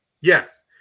Yes